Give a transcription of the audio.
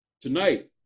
Tonight